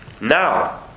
Now